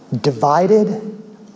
divided